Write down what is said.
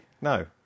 No